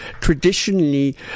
traditionally